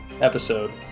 episode